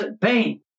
pain